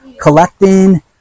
collecting